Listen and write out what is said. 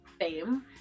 fame